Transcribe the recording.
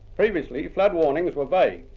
previously, flood warnings were vague,